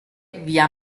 via